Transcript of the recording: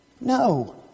No